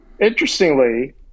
Interestingly